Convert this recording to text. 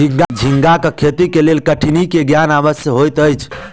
झींगाक खेती के लेल कठिनी के ज्ञान आवश्यक होइत अछि